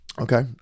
Okay